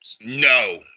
No